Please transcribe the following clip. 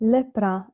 Lepra